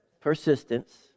persistence